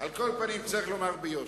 על כל פנים, צריך לומר ביושר: